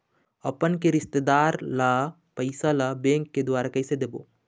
अपन के रिश्तेदार ला पैसा ला बैंक के द्वारा कैसे देबो?